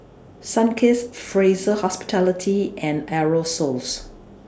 Sunkist Fraser Hospitality and Aerosoles